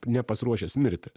nepasiruošęs mirti